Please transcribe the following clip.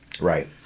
Right